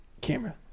Camera